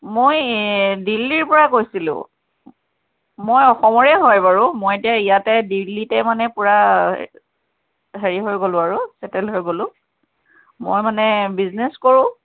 মই দিল্লীৰ পৰা কৈছিলোঁ মই অসমৰে হয় বাৰু মই এতিয়া ইয়াতে দিল্লীত মানে পূৰা হেৰি হৈ গ'লোঁ আৰু চেটেল হৈ গ'লোঁ মই মানে বিজনেছ কৰোঁ